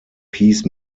piece